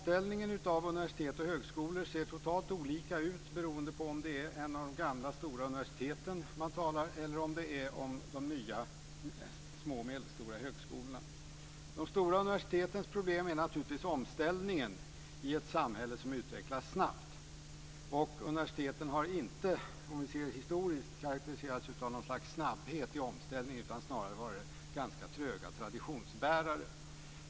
Omställningen av universitet och högskolor ser totalt olika ut beroende på om det är ett av de gamla stora universiteten man talar om, eller om det är en av de nya små och medelstora högskolorna. De stora universitetens problem är naturligtvis omställningen i ett samhälle som utvecklas snabbt. Universiteten har inte, om vi ser historiskt på det, karakteriserats av något slags snabbhet i omställningen utan har snarare varit ganska tröga traditionsbärare.